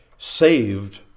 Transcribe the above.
Saved